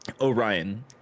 orion